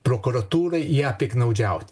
prokuratūrai ja piktnaudžiaut